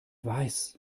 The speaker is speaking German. weiß